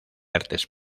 artes